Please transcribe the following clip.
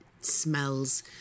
smells